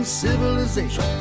civilization